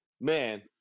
man